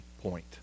point